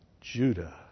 Judah